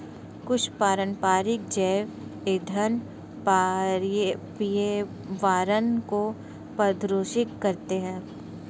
कुछ पारंपरिक जैव ईंधन पर्यावरण को प्रदूषित करते हैं